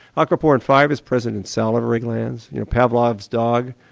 ah acquaporin five is present in salivary glands, you know pavolov's dog,